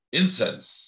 incense